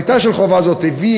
תכליתה של חובה זו הביא,